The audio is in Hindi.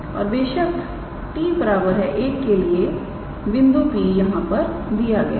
और बेशक 𝑡 1 के लिए बिंदु P यहां पर दिया गया है